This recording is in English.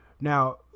Now